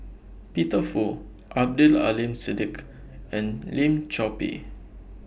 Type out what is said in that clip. Peter Fu Abdul Aleem Siddique and Lim Chor Pee